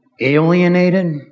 alienated